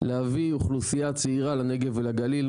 להביא אוכלוסייה צעירה לנגב ולגליל,